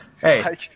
Hey